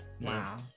Wow